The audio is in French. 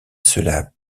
cela